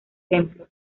templo